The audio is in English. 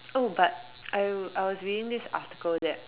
oh but I I was reading this article that